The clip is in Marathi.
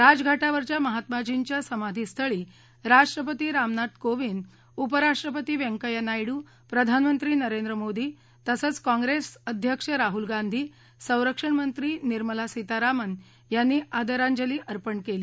राजघाटावरच्या महात्माजींच्या समाधीस्थळी राष्ट्रपती रामनाथ कोविंद उपराष्ट्रपती व्यंकय्या नायडू प्रधानमंत्री नरेंद्र मोदी तसंच काँप्रेस अध्यक्ष राहुल गांधी संरक्षणमंत्री निर्मला सीतारामन यांनी आदरांजली अर्पण केली